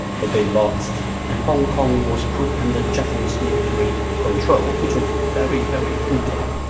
but they lost and hong kong was put under japanese military control, which was very, very brutal.